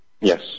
Yes